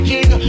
King